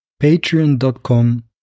Patreon.com